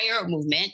movement